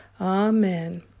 Amen